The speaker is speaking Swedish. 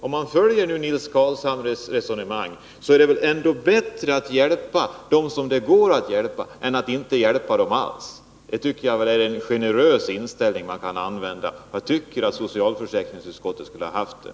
Om man följer Nils Carlshamres resonemang, så vore det väl ändå bättre att hjälpa dem som det går att hjälpa än att inte hjälpa någon alls. Det skulle vara en generös inställning. Jag tycker att socialförsäkringsutskottet borde ha haft den.